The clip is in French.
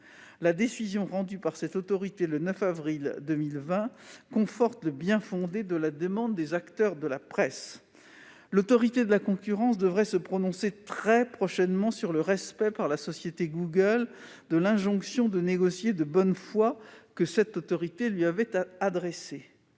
La décision rendue par cette autorité le 9 avril 2020 conforte le bien-fondé de la demande des acteurs de la presse. L'Autorité de la concurrence devrait se prononcer très prochainement sur le respect par la société Google de l'injonction de négocier de bonne foi que l'Autorité lui avait adressée.